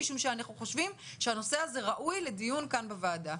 משום שאנחנו חושבים שהנושא הזה ראוי לדיון כאן בוועדה.